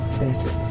better